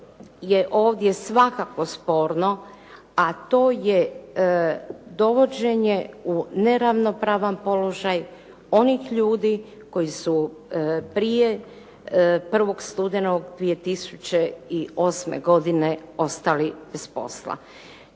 ovdje svakako sporno a to je dovođenje u neravnopravan položaj onih ljudi koji su prije 1. studenog 2008. godine ostali bez posla.